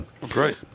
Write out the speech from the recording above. Great